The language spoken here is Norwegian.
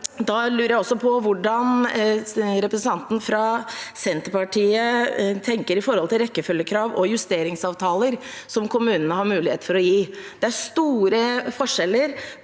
Jeg lurer også på hvordan representanten fra Senterpartiet tenker med hensyn til rekkefølgekrav og justeringsavtaler som kommunene har mulighet til å gi. Det er store forskjeller